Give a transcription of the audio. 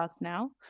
now